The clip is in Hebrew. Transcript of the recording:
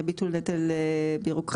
ביטול נטל בירוקרטי.